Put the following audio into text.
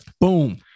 Boom